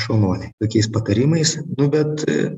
šaunuoliai tokiais patarimais nu bet